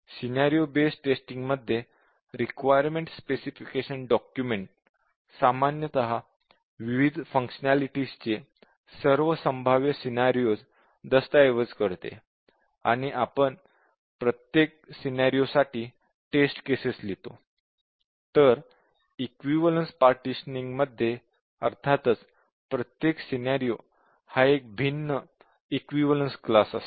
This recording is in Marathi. सिनॅरिओ बेस्ड टेस्टींगमध्ये रिक्वायरमेंट स्पेसिफिकेशन डॉक्युमेंट सामान्यत विविध फंक्शनेलिटीज चे सर्व संभाव्य सिनॅरिओज दस्तऐवज करते आणि आपण प्रत्येक सिनॅरिओ साठी टेस्ट केसेस लिहितो तर इक्विवलेन्स पार्टिशनिंग मध्ये अर्थातच प्रत्येक सिनॅरिओ हा एक भिन्न इक्विवलेन्स क्लास असतो